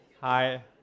Hi